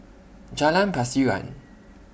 Jalan Pasiran